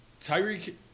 Tyreek